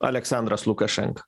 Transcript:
aleksandras lukašenka